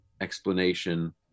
explanation